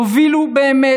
תובילו באמת,